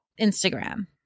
Instagram